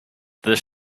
this